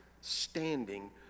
Standing